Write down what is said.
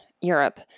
Europe